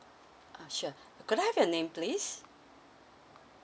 uh sure could I have your name please